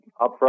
upfront